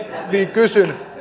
kysyn